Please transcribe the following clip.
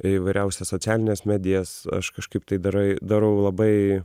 įvairiausias socialines medijas aš kažkaip tai darai darau labai